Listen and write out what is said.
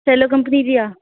सेलो company जी आहे